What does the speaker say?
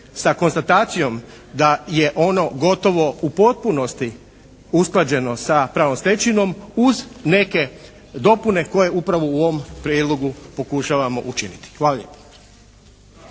sa konstatacijom da je ono gotovo u potpunosti usklađeno sa pravnom stečevinom uz neke dopune koje upravo u ovom prijedlogu pokušavamo učiniti. Hvala